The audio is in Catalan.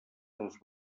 dels